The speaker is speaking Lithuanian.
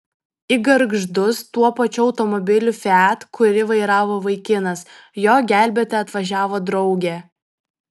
į gargždus tuo pačiu automobiliu fiat kurį vairavo vaikinas jo gelbėti atvažiavo draugė